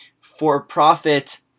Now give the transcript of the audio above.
for-profit